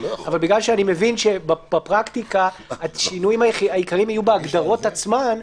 אבל בגלל שאני מבין שבפרקטיקה השינויים העיקריים יהיו בהגדרות עצמן,